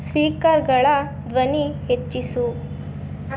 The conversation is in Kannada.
ಸ್ಪೀಕರ್ಗಳ ಧ್ವನಿ ಹೆಚ್ಚಿಸು